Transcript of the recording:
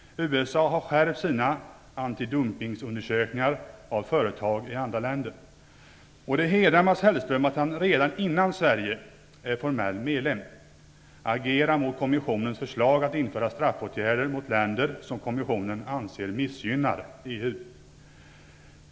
USA har skärpt sina antidumpningsundersökningar av företag i andra länder. Det hedrar Mats Hellström att han redan innan Sverige är formell medlem agerar mot kommissionens förslag att införa straffåtgärder mot länder som kommissionen anser missgynnar EU.